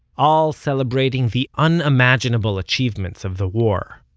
all celebrating the unimaginable achievements of the war.